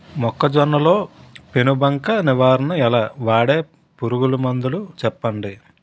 మొక్కజొన్న లో పెను బంక నివారణ ఎలా? వాడే పురుగు మందులు చెప్పండి?